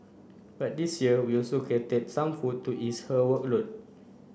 but this year we also catered some food to ease her workload